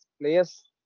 players